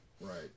Right